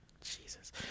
Jesus